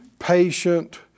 patient